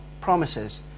promises